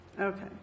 Okay